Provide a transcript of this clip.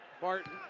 Barton